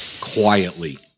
quietly